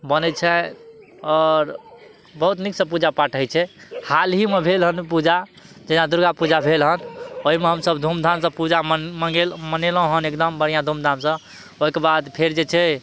बनै छै आओर बहुत नीकसँ पूजा पाठ होइ छै हाल ही मे भेल हन पूजा जेना दुर्गा पूजा भेल हन ओहिमे हमसब धूमधामसँ पूजा मनेलहुॅं हन एकदम बढ़िऑं धूमधामसँ ओहिके बाद फेर जे छै